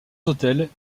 hôtels